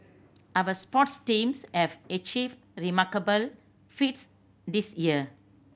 our sports teams have achieved remarkable feats this year